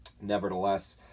Nevertheless